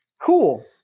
cool